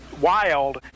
Wild